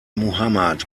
muhammad